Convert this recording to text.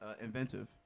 inventive